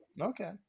okay